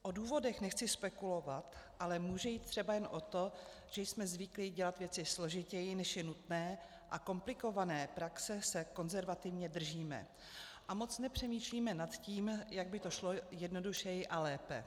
O důvodech nechci spekulovat, ale může jít třeba jen o to, že jsme zvyklí dělat věci složitěji, než je nutné, a komplikované praxe se konzervativně držíme a moc nepřemýšlíme nad tím, jak by to šlo jednodušeji a lépe.